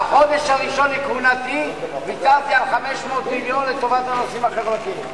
בחודש הראשון לכהונתי ויתרתי על 500 מיליון לטובת הנושאים החברתיים,